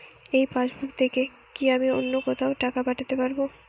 এই পাসবুক থেকে কি আমি অন্য কোথাও টাকা পাঠাতে পারব?